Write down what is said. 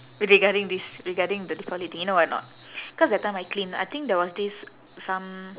regarding this regarding the deepavali thing you know why or not cause that time I clean I think there was this some